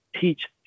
teach